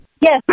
Yes